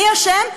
מי אשם?